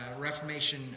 Reformation